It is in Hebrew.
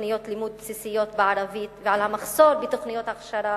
בתוכניות לימוד בסיסיות בערבית ועל המחסור בתוכניות הכשרה